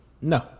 No